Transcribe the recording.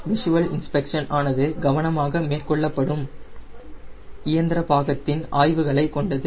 visual inspection ஆனது கவனமாக மேற்கொள்ளப்படும் இயந்திர பாகத்தின் ஆய்வுகளை கொண்டது